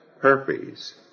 herpes